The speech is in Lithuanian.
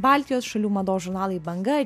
baltijos šalių mados žurnalai banga